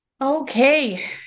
okay